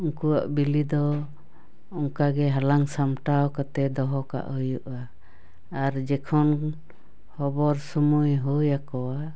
ᱩᱱᱠᱩᱭᱟᱜ ᱵᱤᱞᱤ ᱫᱚ ᱚᱱᱠᱟ ᱜᱮ ᱦᱟᱞᱟᱝ ᱥᱟᱢᱴᱟᱣ ᱠᱟᱛᱮ ᱫᱚᱦᱚ ᱠᱟᱜ ᱦᱩᱭᱩᱜᱼᱟ ᱟᱨ ᱡᱚᱠᱷᱚᱱ ᱦᱚᱵᱚᱨ ᱥᱳᱢᱳᱭ ᱦᱩᱭᱟᱠᱚᱣᱟ